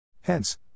Hence